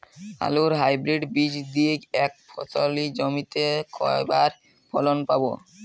আলুর হাইব্রিড বীজ দিয়ে এক ফসলী জমিতে কয়বার ফলন পাব?